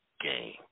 game